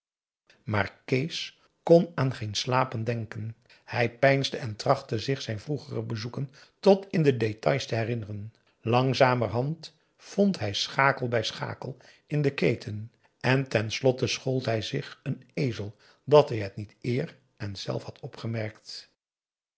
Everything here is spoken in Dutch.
maar kees kon aan geen slapen denken hij peinsde en trachtte zich zijn vroegere bezoeken tot in de détails te herinneren langzamerhand vond hij schakel bij schakel in de keten en ten slotte schold hij zich een ezel dat hij t niet eer en zelf had opgemerkt